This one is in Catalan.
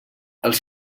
els